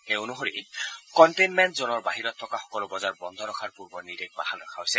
সেই অনুসৰি কণ্টেইনমেণ্ট জ'নৰ ভিতৰত থকা সকলো বজাৰ বন্ধ ৰখাৰ পূৰ্বৰ নিৰ্দেশ বাহাল ৰখা হৈছে